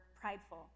prideful